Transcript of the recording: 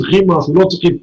לשאול אם הם צריכים משהו,